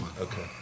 Okay